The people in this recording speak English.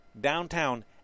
downtown